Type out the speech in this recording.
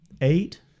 eight